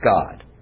God